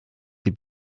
die